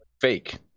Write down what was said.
fake